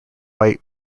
white